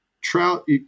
trout